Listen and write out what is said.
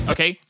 Okay